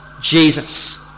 Jesus